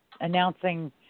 announcing